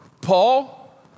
Paul